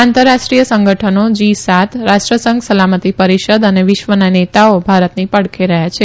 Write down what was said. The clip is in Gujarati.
આંતરરાષ્ટ્રીય સંગઠનો જી સાત રાષ્ટ્રસંઘ સલામતી પરિષદ અને વિશ્વના નેતાઓ ભારતની પડખે રહયાં છે